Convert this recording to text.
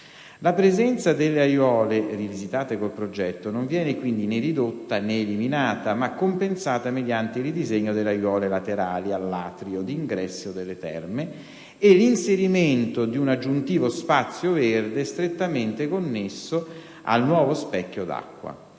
La presenza delle aiuole, rivisitate col progetto, non viene quindi né ridotta, né eliminata, ma compensata mediante il ridisegno delle aiuole laterali all'atrio d'ingresso delle terme e l'inserimento di un aggiuntivo spazio verde strettamente connesso al nuovo specchio d'acqua.